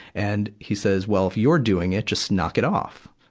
and he says, well, if you're doing it, just knock it off.